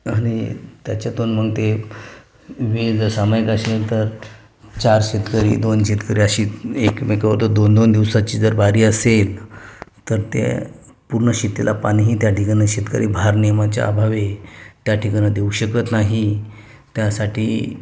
आणि त्याच्यातून मग ते वीज जर सामायिक असेल तर चार शेतकरी दोन शेतकरी अशी एकमेकावर दोन दोन दिवसाची जर बारी असेल तर ते पूर्ण शेतीला पाणीही त्या ठिकाणी शेतकरी भारनियमनाच्या अभावी त्या ठिकाणं देऊ शकत नाही त्यासाठी